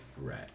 Right